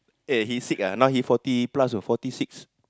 eh he sick ah now he fourty plus you know fourty six